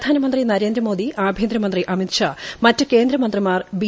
പ്രധാനമന്ത്രി നരേന്ദ്രമോദി ആഭ്യന്തരമന്ത്രി അമിത് ഷാ മറ്റ് കേന്ദ്രമന്ത്രിമാർ ബി